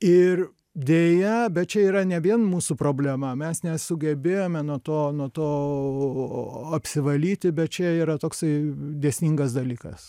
ir deja bet čia yra ne vien mūsų problema mes nesugebėjome nuo to nuo to apsivalyti bet čia yra toksai dėsningas dalykas